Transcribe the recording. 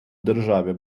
державі